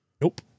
Nope